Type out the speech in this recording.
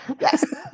Yes